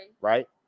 Right